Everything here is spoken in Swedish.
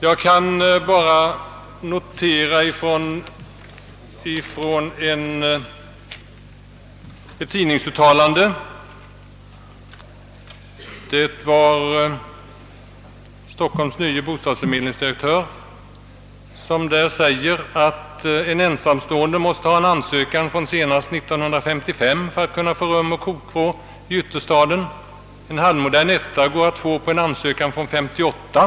Jag kan bara notera ett tidningsuttalande av Stockholms nye bostadsförmedlingsdirektör, att en ensamstående måste ha en ansökan från senast 1955 för att få rum och kokvrå i ytterstaden; en halvmodern etta går att få på en ansökan från 1958.